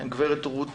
גברת רות